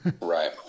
Right